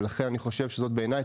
ולכן אני חושב שבעיני,